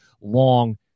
long